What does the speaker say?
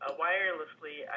wirelessly